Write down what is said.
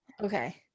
Okay